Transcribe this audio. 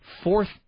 fourth